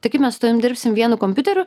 tai kaip mes su tavim dirbsim vienu kompiuteriu